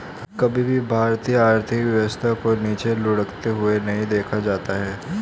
कभी भी भारतीय आर्थिक व्यवस्था को नीचे लुढ़कते हुए नहीं देखा जाता है